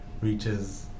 reaches